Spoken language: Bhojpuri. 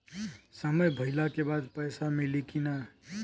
समय भइला के बाद पैसा मिली कि ना?